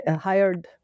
hired